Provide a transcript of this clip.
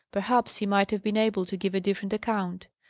perhaps he might have been able to give a different account.